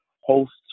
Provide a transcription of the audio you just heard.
hosts